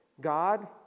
God